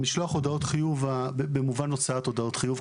משלוח הודעות חיוב במובן הוצאת הודעות חיוב,